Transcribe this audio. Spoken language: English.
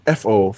fo